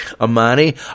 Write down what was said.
Amani